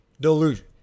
delusion